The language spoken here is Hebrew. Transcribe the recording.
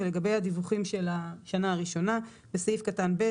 ולגבי הדיווחים של השנה הראשונה: "בסעיף קטן (ב),